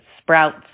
sprouts